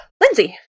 Lindsay